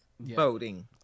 voting